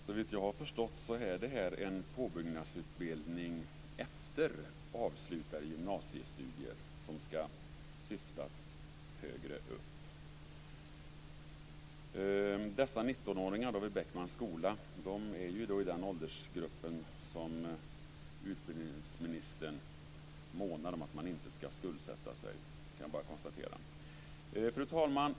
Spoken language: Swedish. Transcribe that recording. Fru talman! Såvitt jag förstår är det här en påbyggnadsutbildning efter avslutade gymnasiestudier som ska syfta högre upp. Dessa 19-åringar vid Beckmans skola är ju i den åldersgrupp som utbildningsministern månar om att man inte ska skuldsätta sig i. Det kan jag bara konstatera. Fru talman!